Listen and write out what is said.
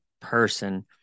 person